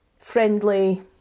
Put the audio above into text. Friendly